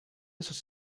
sus